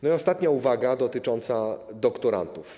I ostatnia uwaga, dotycząca doktorantów.